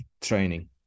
training